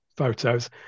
Photos